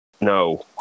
No